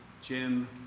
Jim